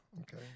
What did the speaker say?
Okay